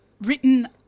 written